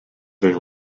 been